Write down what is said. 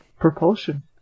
Propulsion